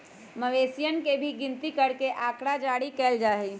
मवेशियन के भी गिनती करके आँकड़ा जारी कइल जा हई